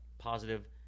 Positive